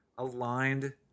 aligned